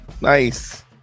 Nice